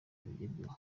bigerweho